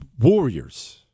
Warriors